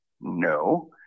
no